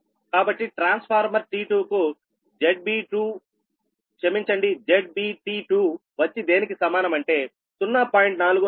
కాబట్టి transformer T2 కు ZBT2 వచ్చి దేనికి సమానం అంటే 0